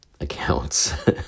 accounts